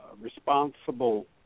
Responsible